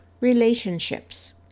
Relationships